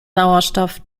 sauerstoff